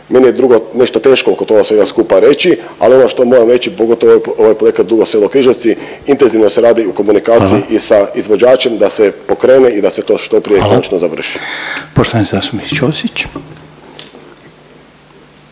Meni je drugo nešto teško oko toga svega skupa reći, ali ovo što moram reći pogotovo ovaj projekat Dugo Selo – Križevci intenzivno se radi… …/Upadica Reiner: Hvala./… …u komunikaciji i sa izvođačem da se pokrene i da se to što prije konačno završi. **Reiner,